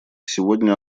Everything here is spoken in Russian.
сегодня